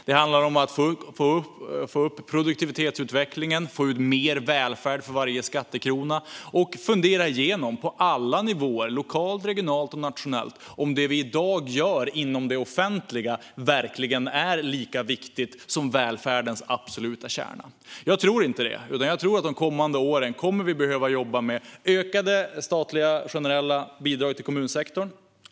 Det handlar om att öka produktivitetsutvecklingen, att få ut mer välfärd för varje skattekrona och att fundera igenom på alla nivåer - lokalt, regionalt och nationellt - om det som i dag görs inom det offentliga verkligen är lika viktigt som välfärdens absoluta kärna. Jag tror inte det, utan jag tror att vi de kommande åren kommer att behöva jobba med ökade statliga generella bidrag till kommunsektorn.